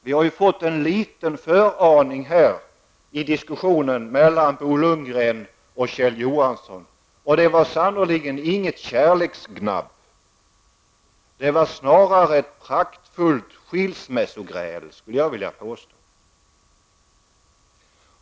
Vi har ju fått en liten föraning här i diskussionen mellan Bo Lundgren och Kjell Johansson, och det var sannerligen inget kärleksgnabb -- snarare ett kraftfullt skilsmässogräl, skulle jag vilja påstå.